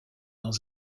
dans